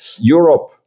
Europe